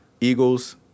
Eagles